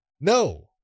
No